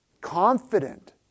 confident